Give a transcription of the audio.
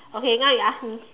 okay now you ask me